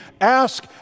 Ask